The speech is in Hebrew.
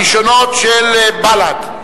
הראשונות של בל"ד.